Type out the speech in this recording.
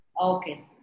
Okay